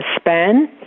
span